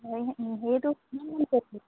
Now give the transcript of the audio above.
এই সেইটো